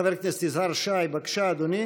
חבר הכנסת יזהר שי, בבקשה, אדוני.